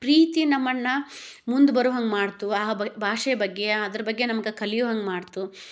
ಪ್ರೀತಿ ನಮ್ಮನ್ನ ಮುಂದು ಬರೋ ಹಂಗೆ ಮಾಡ್ತು ಆ ಭಾಷೆಯ ಬಗ್ಗೆ ಅದ್ರ ಬಗ್ಗೆ ನಮ್ಗೆ ಕಲಿಯೋ ಹಂಗೆ ಮಾಡ್ತು